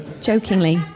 jokingly